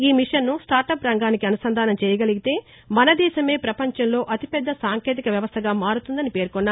ఈ మిషన్ను స్టార్టప్ రంగానికి అనుసంధానం చేయగలిగితే మన దేశమే ప్రపంచంలో అతిపెద్ద సాంకేతిక వ్యవస్థగా మారుతుందని పేర్కొన్నారు